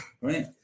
right